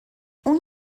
اون